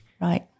Right